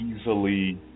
easily